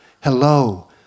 Hello